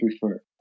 prefer